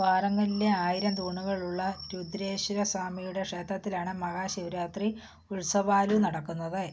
വാറംഗലിലെ ആയിരം തൂണുകളുള്ള രുദ്രേശ്വരസ്വാമിയുടെ ക്ഷേത്രത്തിലാണ് മഹാശിവരാത്രി ഉത്സവാലു നടക്കുന്നത്